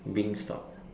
wingstop